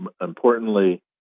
Importantly